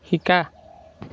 শিকা